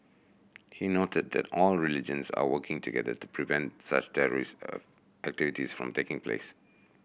he noted that all religions are working together to prevent such terrorist a activities from taking place